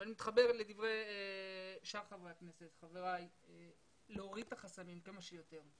אני מתחבר לדברי חבריי חברי הכנסת ואומר להוריד את החסמים כמה שיותר.